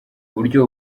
uburyo